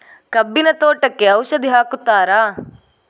ಕಬ್ಬಿನ ತೋಟಕ್ಕೆ ಔಷಧಿ ಹಾಕುತ್ತಾರಾ?